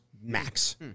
max